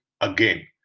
again